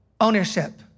ownership